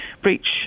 breach